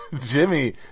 jimmy